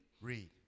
Read